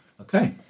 Okay